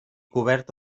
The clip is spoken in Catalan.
cobert